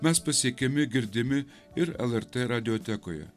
mes pasiekiami girdimi ir lrt radiotekoje